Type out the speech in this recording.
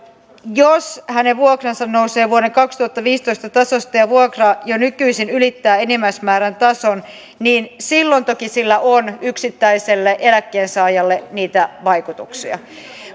jos hänen vuokransa nousee vuoden kaksituhattaviisitoista tasosta ja vuokra jo nykyisin ylittää enimmäismäärän tason silloin toki sillä on yksittäiselle eläkkeensaajalle niitä vaikutuksia